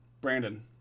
Brandon